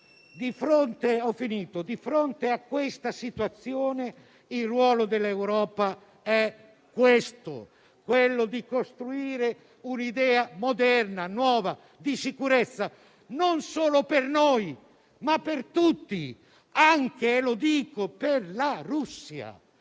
Di fronte a questa situazione, il ruolo dell'Europa è quello di costruire un'idea moderna e nuova di sicurezza, non solo per noi, ma per tutti, anche per la Russia.